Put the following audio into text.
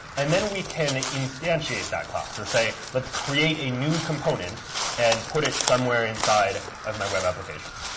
and then we can instantiate that class, or say, let's create a new component and put it somewhere inside of my web application.